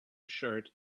shirt